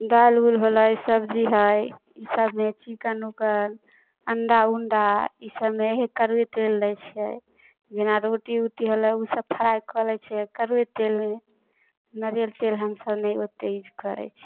दालि उल होलै सब्जी हइ सबमे चिकन उकन अण्डा उण्डा ईसबमे इएह कड़ुए तेल दै छिए जेना रोटी उटी होलै ओसब फ्राइ कऽ लै छिए कड़ुए तेलमे नरिअर तेल हमसभ नहि ओतेक यूज करै छी